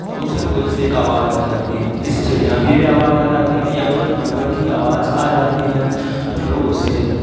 تو اب اسے کوئی سی ایک آواز آ جاتی ہے کسی چڑیا کی بھی آواز آ جاتی ہے یا کوئی جانور کی آواز آ جاتی ہے تو لوگ اسے